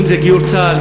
אם זה גיור צה"ל,